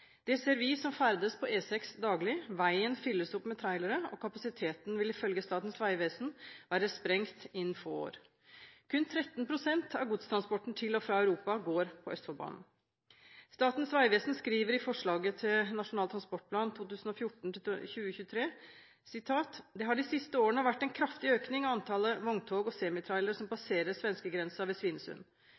Det ser vi som ferdes på E6 daglig, veien fylles opp med trailere, og kapasiteten vil ifølge Statens vegvesen være sprengt innen få år. Kun 13 pst. av godstransporten til og fra Europa går på Østfoldbanen. Statens vegvesen skriver i forslaget til Nasjonal transportplan 2014–2023: «Det har de siste årene vært en kraftig økning av antallet vogntog og semitrailere som passerer svenskegrensen ved Svinesund.»